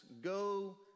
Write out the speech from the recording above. go